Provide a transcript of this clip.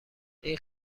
این